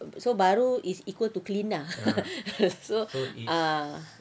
so baru is equal to clean ah so it's ah